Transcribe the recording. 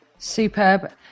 Superb